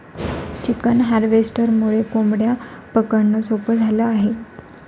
chicken हार्वेस्टरमुळे कोंबड्या पकडणं सोपं झालं आहे